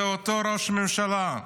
זה אותו ראש ממשלה.